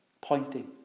Pointing